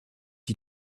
you